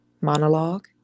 monologue